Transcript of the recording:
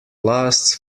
lasts